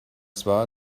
zwar